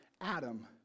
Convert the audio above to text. Adam